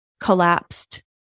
collapsed